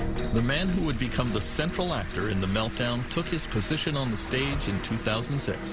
to the man who would become the central laughter in the meltdown took his position on the stage in two thousand and six